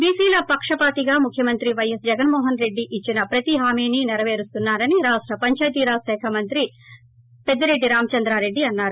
బీసీల పక్షపాతిగా ముఖ్యమంత్రి పైఎస్ జగన్మోహన్రెడ్డి ఇచ్చిన ప్రతి హామీని నెరవేరుస్తున్నారని రాష్ట పంచాయతీ శాఖ మంత్రి పెద్దిరెడ్డి రామచంద్రారెడ్డి అన్నారు